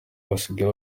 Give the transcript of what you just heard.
basigaye